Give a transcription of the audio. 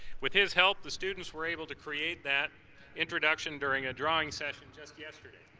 with his help, the students were able to create that introduction during a drawing session just yesterday.